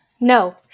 No